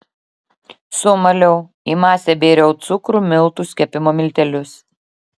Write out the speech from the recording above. sumaliau į masę bėriau cukrų miltus kepimo miltelius